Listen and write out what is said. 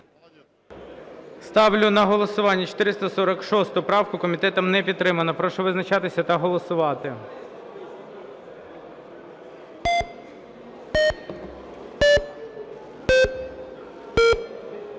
Ставлю на голосування 445-у. Комітетом не підтримана. Прошу визначатися та голосувати.